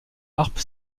harpe